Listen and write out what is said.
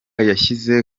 yashyize